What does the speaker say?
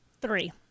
Three